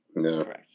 Correct